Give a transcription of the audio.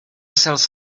sells